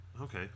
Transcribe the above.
Okay